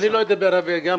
אני לא אדבר הרבה.